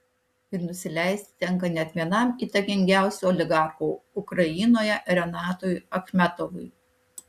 ir nusileisti tenka net vienam įtakingiausių oligarchų ukrainoje renatui achmetovui